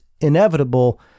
inevitable